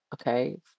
Okay